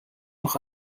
noch